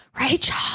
Rachel